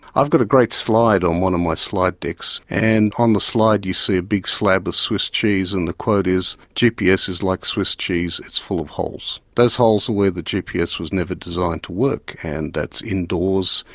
i've got a great slide on one of my slide decks, and on the slide you see a big slab of swiss cheese, and the quote is gps is like swiss cheese, it's full of holes'. those holes are where the gps was never designed to work, and that's indoors,